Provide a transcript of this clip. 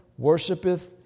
worshipeth